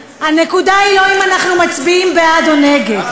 הנקודה היא לא אם אנחנו מצביעים בעד או נגד.